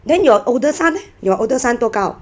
then your older son eh your older son 都高